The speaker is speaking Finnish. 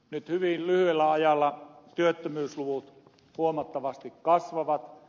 nyt hyvin lyhyellä ajalla työttömyysluvut huomattavasti kasvavat